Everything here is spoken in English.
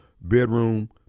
bedroom